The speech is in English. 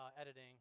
editing